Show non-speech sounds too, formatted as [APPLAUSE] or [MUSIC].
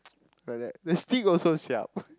[NOISE] like that the stick also siap [LAUGHS]